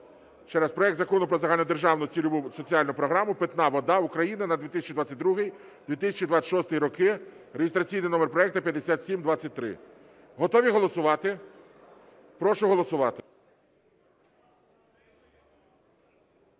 Ще раз, проект Закону про Загальнодержавну цільову соціальну програму "Питна вода України" на 2022-2026 роки (реєстраційний номер проекту 5723). Готові голосувати? Прошу голосувати.